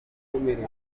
karere